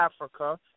Africa